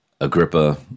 Agrippa